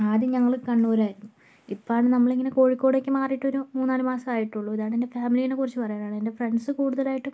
ആദ്യം ഞങ്ങൾ കണ്ണൂരായിരുന്നു ഇപ്പോൾ ആണ് നമ്മളിങ്ങനെ കോഴിക്കോടേക്ക് മാറിയിട്ടൊരു മൂന്ന് നാല് മാസമേ ആയിട്ടുള്ളു ഇതാണ് എൻ്റെ ഫാമിലിനെ കുറിച്ച് പറയാൻ ഉള്ളത് എൻ്റെ ഫ്രണ്ട്സ് കൂടുതലായിട്ടും